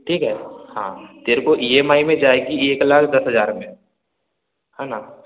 ठीक है हाँ तेरे को ई एम आई में जाएगी एक लाख दस हजार में है ना